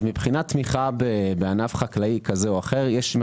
אז מבחינת תמיכה בענף חקלאי כזה או אחר יש מה